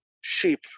sheep